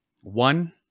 One